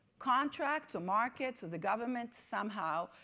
contracts or markets or the government, somehow.